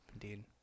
indeed